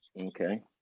Okay